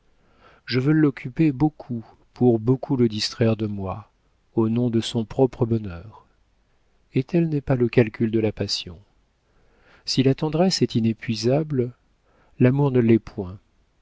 je veux l'occuper beaucoup pour beaucoup le distraire de moi au nom de son propre bonheur et tel n'est pas le calcul de la passion si la tendresse est inépuisable l'amour ne l'est point